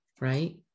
right